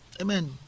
amen